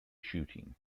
shooting